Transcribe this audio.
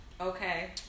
Okay